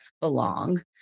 belong